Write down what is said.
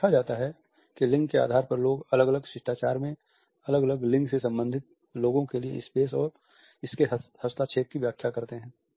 यह देखा जाता है कि लिंग के आधार पर लोग अलग अलग शिष्टाचार में अलग अलग लिंग से संबंधित लोगों के लिए स्पेस और इसके हस्तक्षेप की व्याख्या करते हैं